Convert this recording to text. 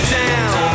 down